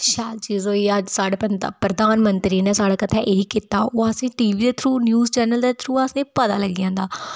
शैल चीज़ां होइयां अज्ज साह्ड़े प्रधान मंत्री ने साह्ड़े कुत्थै केह् कीता ओह् असेंगी टीवी दे थरू न्यूज़ चैनल दे थरू असेंगी पता लग्गी जंदा